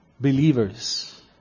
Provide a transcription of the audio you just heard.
believers